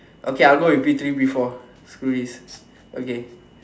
okay I will go with P three P four screw this okay